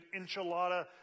enchilada